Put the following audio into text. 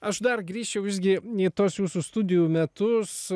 aš dar grįžčiau visgi į tuos jūsų studijų metus